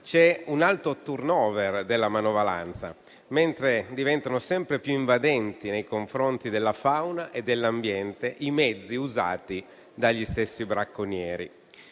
c'è un alto *turnover* della manovalanza, mentre diventano sempre più invadenti nei confronti della fauna e dell'ambiente i mezzi usati dagli stessi bracconieri.